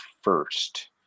first